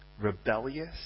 rebellious